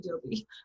adobe